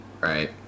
Right